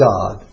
God